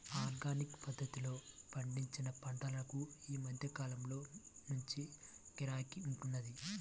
organic పద్ధతిలో పండించిన పంటలకు ఈ మధ్య కాలంలో మంచి గిరాకీ ఉంటున్నది